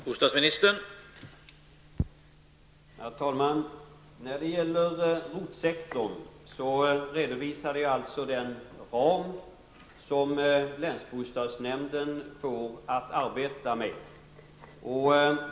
Herr talman! När det gäller ROT-sektorn har regeringen redovisat den ram som länsbostadsnämnden har att arbeta med.